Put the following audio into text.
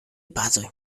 bazoj